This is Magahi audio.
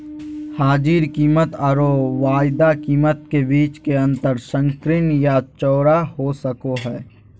हाजिर कीमतआरो वायदा कीमत के बीच के अंतर संकीर्ण या चौड़ा हो सको हइ